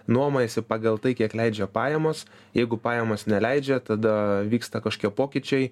nuomojasi pagal tai kiek leidžia pajamos jeigu pajamos neleidžia tada vyksta kažkokie pokyčiai